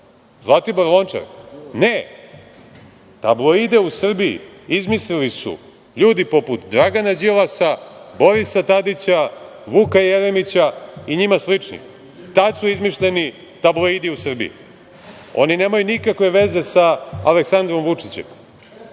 Zlatibor Lončar? Ne. Tabloide u Srbiji izmislili su ljudi poput Dragana Đilasa, Borisa Tadića, Vuka Jeremića i njima slični. Tad su izmišljeni tabloidi u Srbiji. Oni nemaju nikakve veze sa Aleksandrom